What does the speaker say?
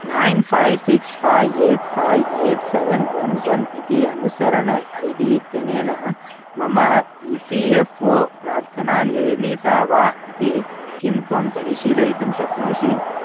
nine five six five eight five eight seven one one इति अनुसरणम् I D इत्यनेन मम ई फ़ी एफ़् ओ प्रार्थनानिर्णीता वा इति किं त्वं परिशीलयितुं शक्नोषि